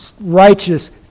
righteous